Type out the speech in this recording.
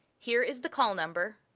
here is the call number,